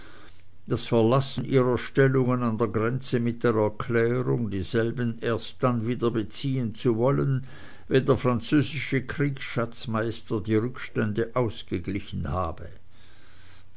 das verlassen ihrer stellungen an der grenze mit der erklärung dieselben erst dann wieder beziehen zu wollen wenn der französische kriegsschatzmeister die rückstände ausgeglichen habe